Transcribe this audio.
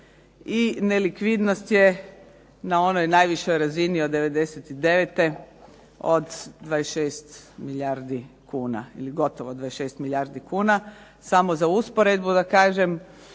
i nelikvidnost je na onoj najvišoj razini od 99. od 26 milijardi kuna samo za usporedbu da kažem,